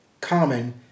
common